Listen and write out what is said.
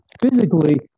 physically